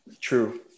True